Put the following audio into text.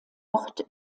ort